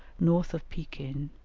north of pekin,